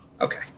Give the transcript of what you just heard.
Okay